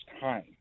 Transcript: time